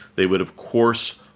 they would, of course,